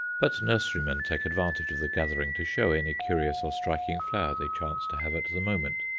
but nurserymen take advantage of the gathering to show any curious or striking flower they chance to have at the moment.